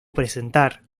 presentar